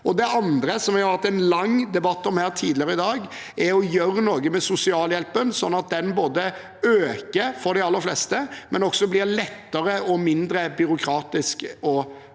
Det andre, som vi har hatt en lang debatt om her tidligere i dag, er å gjøre noe med sosialhjelpen, sånn at den øker for de aller fleste, men også blir lettere og mindre byråkratisk å få